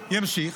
ימשיך.